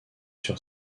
sur